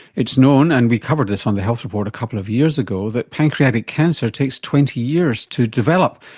it's known and we covered this on the health report a couple of years ago that pancreatic cancer takes twenty years to develop,